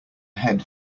head